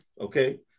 Okay